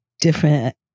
different